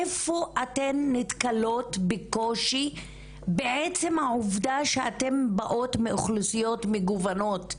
איפה אתן נתקלות בקושי בעצם העובדה שאתן באות מאוכלוסיות מגוונות?